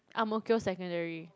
Ang-Mo-Kio secondary